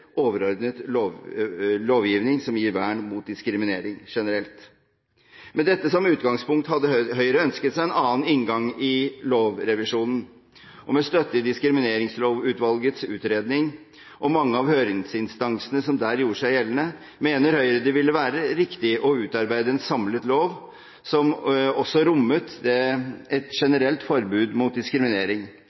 overordnet lovgivning som gir vern mot diskriminering. Med dette som utgangspunkt hadde Høyre ønsket seg en annen inngang i lovrevisjonen, og med støtte i Diskrimineringslovutvalgets utredning og mange av høringsinstansene som der gjorde seg gjeldende, mener Høyre det ville være riktig å utarbeide en samlet lov som også rommet et generelt forbud mot diskriminering.